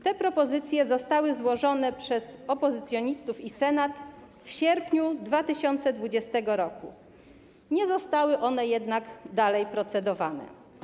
Te propozycje zostały złożone przez opozycjonistów i Senat w sierpniu 2020 r., nie były one jednak dalej procedowane.